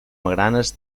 magranes